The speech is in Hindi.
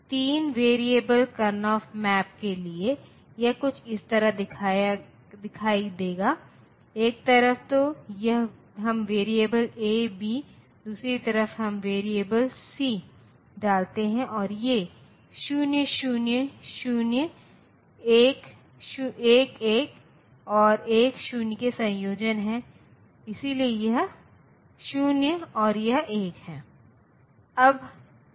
तो एक तीन वेरिएबल करएनफ मैप के लिए यह कुछ इस तरह दिखाई देगा एक तरफ तो हम वेरिएबल ए बी दूसरी तरफ हम वेरिएबल सी डालते हैं और ये 0 0 0 1 1 1 और 1 0 के संयोजन हैं इसलिए यह 0 और यह 1 है